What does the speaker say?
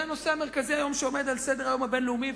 זה הנושא המרכזי שעומד היום על סדר-היום הבין-לאומי.